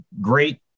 great